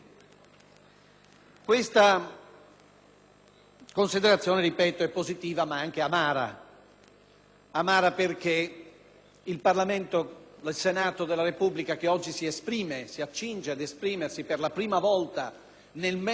una considerazione positiva ma anche amara, perché il Parlamento, il Senato della Repubblica, che oggi si accinge ad esprimersi per la prima volta nel merito di questi temi, arriva tardi